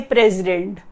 President